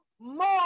more